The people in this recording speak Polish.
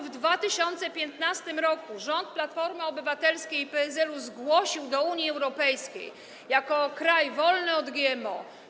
W 2015 r. rząd Platformy Obywatelskiej i PSL zgłosił nas do Unii Europejskiej jako kraj wolny od GMO.